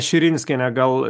širinskienė gal